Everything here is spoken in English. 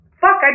Fuck